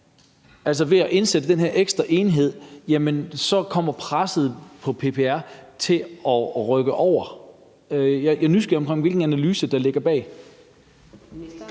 at ved at indsætte den her ekstra enhed kommer presset til at rykke væk? Jeg er nysgerrig efter at høre, hvilken analyse der ligger bag.